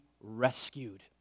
rescued